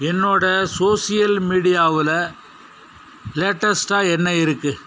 என்னோட சோசியல் மீடியாவில் லேட்டஸ்ட்டாக என்ன இருக்குது